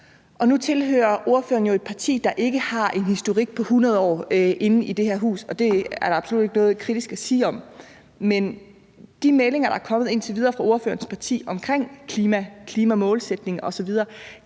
Nu tilhører ordføreren jo et parti, der ikke har en historik på 100 år inde i det her hus – og det er der absolut ikke noget kritisk at sige om – men de meldinger, der indtil videre er kommet fra ordførerens parti om klima og en klimamålsætning osv.,